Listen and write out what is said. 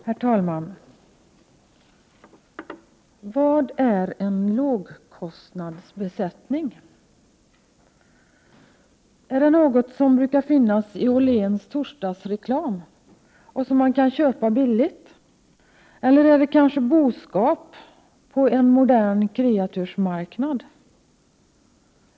Herr talman! Vad är en ”lågkostnadsbesättning”? Är det något som brukar finnas i Åhléns torsdagsreklam och som man kan köpa billigt? Eller är det kanske boskap på en modern kreatursmarknad?